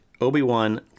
Obi-Wan